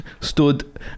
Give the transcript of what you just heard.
stood